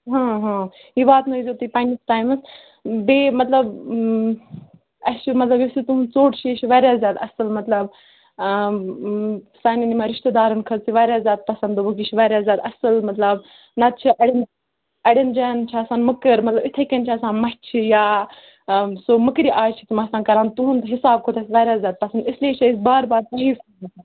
یہِ واتنٲیِزیٚو تُہۍ پَننِس ٹایمَس بیٚیہِ مطلب اَسہِ چھُ مطلب یُس یہِ تُہُنٛز ژوٚٹ چھُ یہِ چھُ واریاہ زیادٕ اَصٕل مطلب سانٮ۪ن یِمَن رِشتہٕ دارَن خٲطرٕ واریاہ زیادٕ پَسَنٛد دوٚپُکھ یہِ چھُ واریاہ زیادٕ اَصٕل مطلب نَتہٕ چھِ اَڑٮ۪ن اَڑٮ۪ن جایَن چھِ آسان مٔکٕر مطلب اِتھَے کٔنۍ چھِ آسان مَچھِ یا سُہ مٔکرِ آیہِ چھِ تِم آسان کَران تُہُنٛد حِساب کھوٚت اَسہِ واریاہ زیادٕ پَسَنٛد اِسلیے چھِ أسۍ بار بار